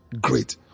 great